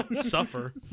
Suffer